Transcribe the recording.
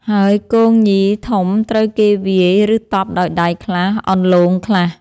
ហើយគងញីធំត្រូវគេវាយ ឬតប់ដោយដៃខ្លះ អន្លូងខ្លះ។